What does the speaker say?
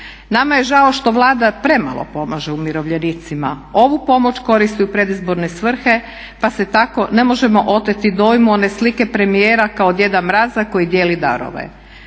Nama je žao što Vlada premalo pomaže umirovljenicima. Ovu pomoć koristi u predizborne svrhe pa se tako ne možemo oteti dojmu one slike premijera kao djeda mraza koji dijeli darove.